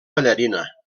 ballarina